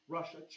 Russia